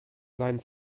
sein